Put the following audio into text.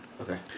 Okay